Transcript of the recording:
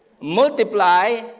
Multiply